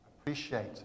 appreciate